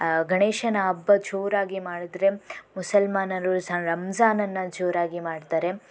ಗಣೇಶನ ಹಬ್ಬ ಜೋರಾಗಿ ಮಾಡಿದರೆ ಮುಸಲ್ಮಾನರು ರಂಜಾನನ್ನು ಜೋರಾಗಿ ಮಾಡ್ತಾರೆ